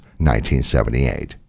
1978